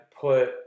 put